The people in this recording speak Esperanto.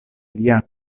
lia